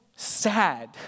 Sad